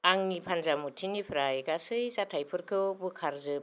आंनि फानजामुथिनिफ्राय गासै जाथायफोरखौ बोखार जोब